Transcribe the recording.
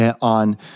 on